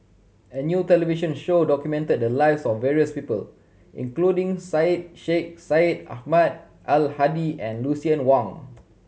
a new television show documented the lives of various people including Syed Sheikh Syed Ahmad Al Hadi and Lucien Wang